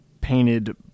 painted